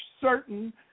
certain